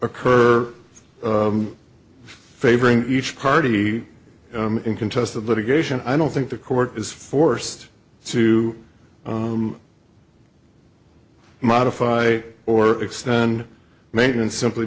occur favoring each party in contested litigation i don't think the court is forced to modify or extend maintenance simply